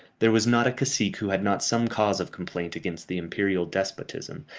there was not a cacique who had not some cause of complaint against the imperial despotism,